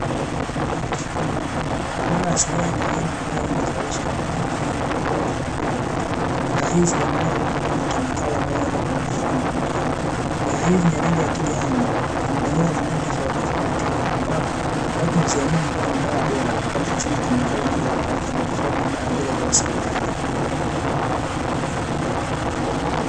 Dawa asilia ni aina ya dawa zinazozalishwa na miti na vyakula tofauti tofauti dawa hizi huaminika kutokua na kemikali ambazo zinaweza kumuathiri mtumiaji, dawa hizi zenye rangi ya kijani zimetengenezwa na miti tofauti tofauti ambapo watu huziamini kua ni dawa bora kwani hazina kemikali zinazoweza kuathiri tofauti na dawa zile za hospitali.